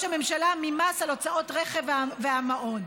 הממשלה ממס על הוצאות הרכב והמעון.